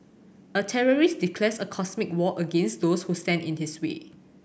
a terrorist declares a cosmic war against those who stand in his way